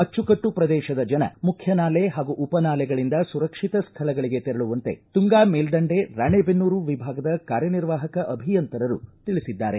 ಅಚ್ಚುಕಟ್ಟು ಪ್ರದೇಶದ ಜನ ಮುಖ್ಯ ನಾಲೆ ಹಾಗೂ ಉಪನಾಲೆಗಳಿಂದ ಸುರಕ್ಷಿತ ಸ್ಥಳಗಳಿಗೆ ತೆರಳುವಂತೆ ತುಂಗಾ ಮೇಲ್ದಂಡೆ ರಾಣೇಬೆನ್ನೂರು ವಿಭಾಗದ ಕಾರ್ಯನಿರ್ವಾಪಕ ಅಭಿಯಂತರರು ತಿಳಿಸಿದ್ದಾರೆ